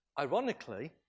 Ironically